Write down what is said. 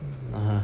(uh huh)